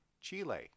Chile